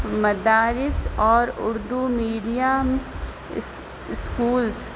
مدارس اور اردو میڈیم اس اسکولز